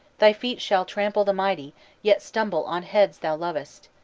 thy feet shall trample the mighty yet stumble on heads thou lovest.